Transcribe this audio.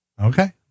Okay